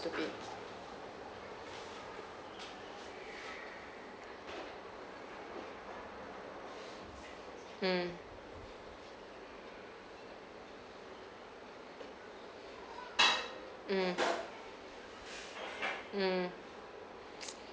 stupid mm mm mm